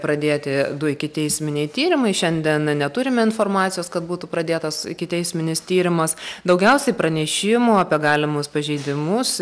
pradėti du ikiteisminiai tyrimai šiandien neturim informacijos kad būtų pradėtas ikiteisminis tyrimas daugiausiai pranešimų apie galimus pažeidimus